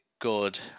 good